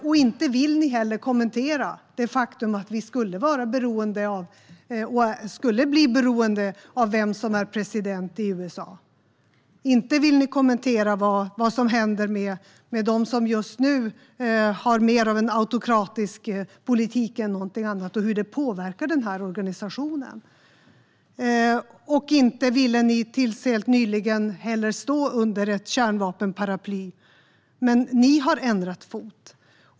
Och inte vill ni kommentera det faktum att vi skulle bli beroende av vem som är president i USA. Inte vill ni kommentera vad som händer med dem som just nu har mer av en autokratisk politik än någonting annat och hur det påverkar den här organisationen. Ni ville inte heller tills helt nyligen stå under ett kärnvapenparaply. Men ni har bytt fot.